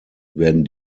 werden